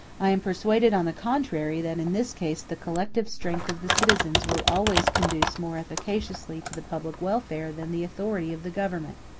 i am persuaded, on the contrary, that in this case the collective strength of the citizens will always conduce more efficaciously to the public welfare than the authority of the government.